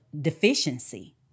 deficiency